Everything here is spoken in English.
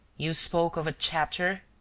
you spoke of a chapter?